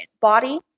body